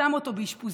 ושם אותו באשפוזית,